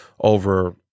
over